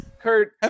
Kurt